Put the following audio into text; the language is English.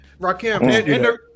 Rakim